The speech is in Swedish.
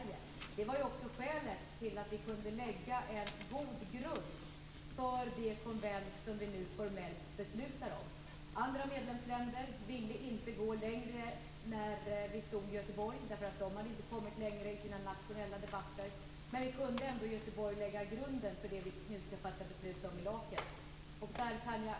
Det var också skälet till att vi kunde lägga en god grund för det konvent som vi nu formellt beslutar om. Andra medlemsländer ville inte gå längre när vi möttes i Göteborg därför att de hade inte kommit så långt i sina nationella debatter. Men vi kunde ändå lägga grunden för det som man ska fatta beslut om i Laeken.